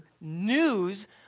news